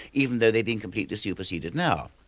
even though they've been completely superseded now.